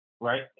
right